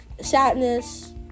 sadness